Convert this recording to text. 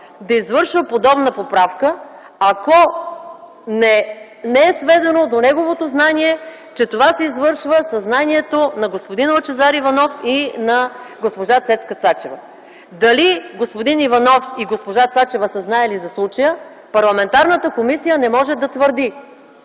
да извършва подобна поправка, ако не е сведено до неговото знание, че това се извършва със знанието на господин Лъчезар Иванов и на госпожа Цецка Цачева. Дали господин Иванов и госпожа Цачева са знаели за случая, парламентарната комисия не може да твърди.